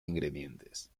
ingredientes